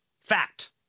Fact